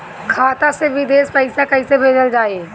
खाता से विदेश पैसा कैसे भेजल जाई?